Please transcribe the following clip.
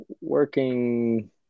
working